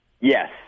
Yes